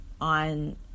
on